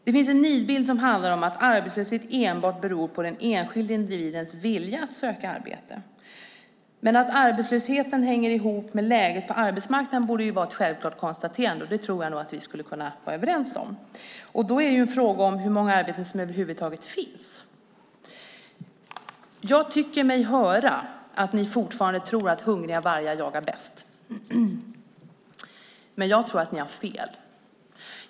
Det finns en nidbild av att arbetslöshet enbart beror på den enskilda individens vilja att söka arbete. Men att arbetslösheten hänger ihop med läget på arbetsmarknaden borde vara ett självklart konstaterande, och det tror jag att vi skulle kunna vara överens om. Då är det en fråga om hur många arbeten som över huvud taget finns. Jag tycker mig höra att ni fortfarande tror att hungriga vargar jagar bäst. Jag tror att ni har fel.